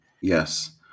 Yes